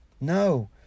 No